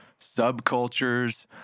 subcultures